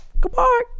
goodbye